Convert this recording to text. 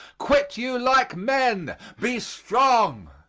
quit you like men be strong.